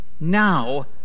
now